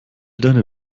deine